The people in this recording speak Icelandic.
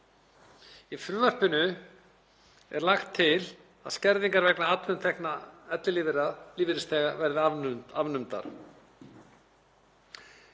Í frumvarpinu er lagt til að skerðingar vegna atvinnutekna ellilífeyrisþega verði afnumdar.